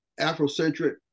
Afrocentric